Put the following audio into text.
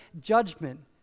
judgment